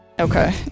Okay